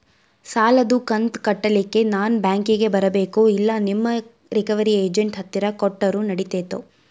ಸಾಲದು ಕಂತ ಕಟ್ಟಲಿಕ್ಕೆ ನಾನ ಬ್ಯಾಂಕಿಗೆ ಬರಬೇಕೋ, ಇಲ್ಲ ನಿಮ್ಮ ರಿಕವರಿ ಏಜೆಂಟ್ ಹತ್ತಿರ ಕೊಟ್ಟರು ನಡಿತೆತೋ?